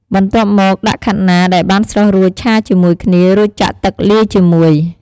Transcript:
បន្ទាប់មកដាក់ខាត់ណា ដែលបានស្រុះរួចឆាជាមួយគ្នា រួចទៀតចាក់ទឹកលាយជាមួយ។